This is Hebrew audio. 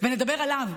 ונדבר עליו.